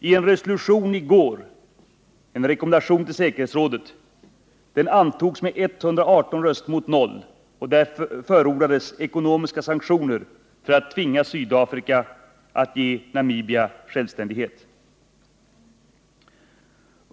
I en resolution från i går, en rekommendation till säkerhetsrådet som antogs med 118 röster mot 0, förordades ekonomiska sanktioner för att tvinga Sydafrika att ge Namibia självständighet.